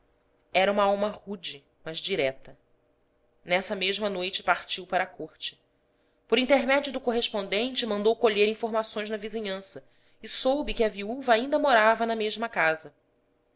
era uma alma rude mas direita nessa mesma noite partiu para a corte por intermédio do correspondente mandou colher informações na vizinhança e soube que a viúva ainda morava na mesma casa